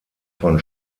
von